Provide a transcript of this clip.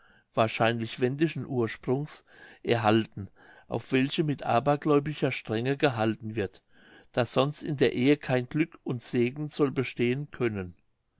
wahrscheinlich wendischen ursprungs erhalten auf welche mit abergläubischer strenge gehalten wird da sonst in der ehe kein glück und segen soll bestehen können